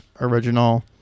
original